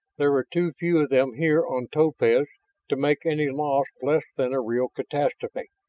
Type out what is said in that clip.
there were too few of them here on topaz to make any loss less than a real catastrophe.